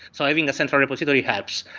so i think the sensor repository helps.